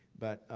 but